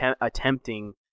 attempting